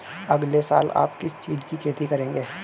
अगले साल आप किस चीज की खेती करेंगे?